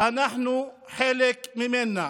אנחנו חלק ממנו.